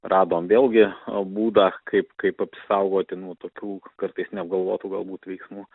radom vėlgi būdą kaip kaip apsaugoti nuo tokių kartais neapgalvotų galbūt veiksmų